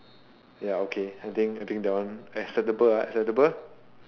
ya okay I think I think that one acceptable acceptable